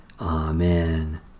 Amen